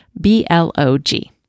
B-L-O-G